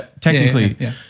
technically